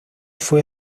fue